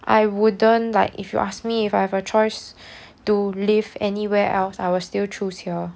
I wouldn't like if you asked me if I have a choice to live anywhere else I was still choose here